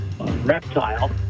reptile